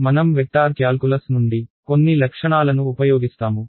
మనం vector calculus నుండి కొన్ని లక్షణాలను ఉపయోగిస్తాము